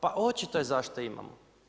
Pa očito je zašto imamo.